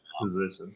position